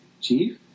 Chief